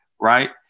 right